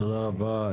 תודה רבה,